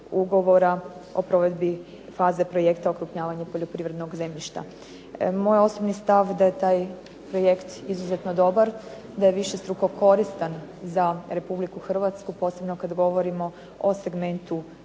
Ugovora o provedbi faze projekta okrupnjavanja poljoprivrednog zemljišta. Moj je osobni stav da je taj projekt izuzetno dobar, da je višestruko koristan za Republiku Hrvatsku, posebno kad govorimo o segmentu